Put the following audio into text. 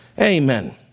Amen